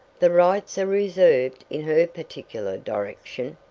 the rights are reserved in her particular direction.